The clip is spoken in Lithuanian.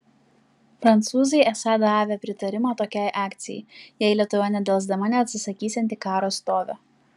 prancūzai esą davė pritarimą tokiai akcijai jei lietuva nedelsdama neatsisakysianti karo stovio